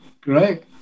Great